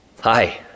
Hi